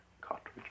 cartridge